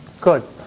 Good